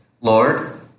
Lord